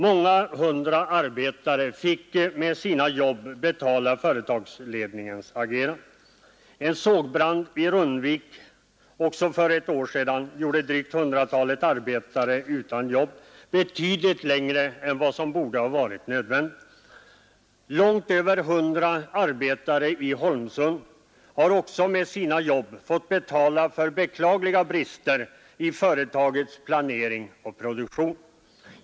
Många hundra arbetare fick med sina jobb betala företagsledningens agerande, En sågbrand i Rundvik för ett år sedan gjorde drygt hundratalet arbetare utan jobb betydligt längre än vad som borde ha varit nödvändigt. Långt fler än 100 arbetare i Holmsund har också med sina jobb fått betala för beklagliga brister i företagets planering och produktion.